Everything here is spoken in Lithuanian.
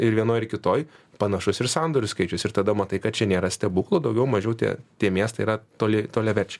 ir vienoj ir kitoj panašus ir sandorių skaičius ir tada matai kad čia nėra stebuklų daugiau mažiau tie tie miestai yra toli toliaverčiai